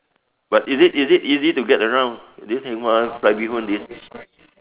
but is it is it easy to get around this heng hua fried bee-hoon this